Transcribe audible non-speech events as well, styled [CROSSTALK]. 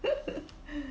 [LAUGHS]